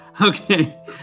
Okay